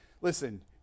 listen